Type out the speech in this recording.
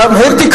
הוא אמר: